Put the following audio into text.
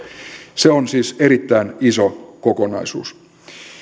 se on siis erittäin iso kokonaisuus